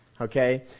okay